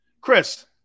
Chris